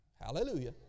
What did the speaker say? Hallelujah